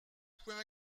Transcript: points